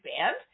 band